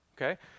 okay